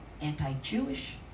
anti-Jewish